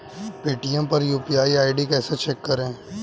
Paytm पर UPI ID कैसे check करें?